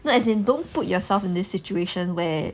no as in don't put yourself in this situation where